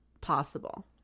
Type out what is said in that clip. possible